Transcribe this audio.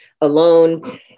alone